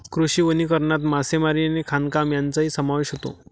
कृषी वनीकरणात मासेमारी आणि खाणकाम यांचाही समावेश होतो